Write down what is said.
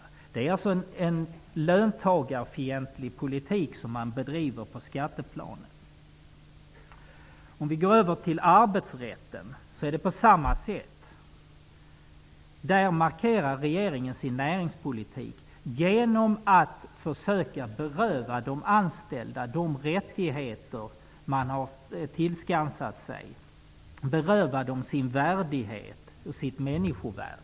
Det är en löntagarfientlig politik som man bedriver på skatteplanet. Det är på samma sätt med arbetsrätten. Regeringen markerar där sin näringspolitik genom att försöka beröva de anställda de rättigheter de har tillskansat sig, beröva dem deras värdighet och människovärde.